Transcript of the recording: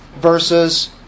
versus